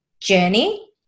journey